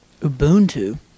Ubuntu